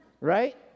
Right